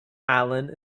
island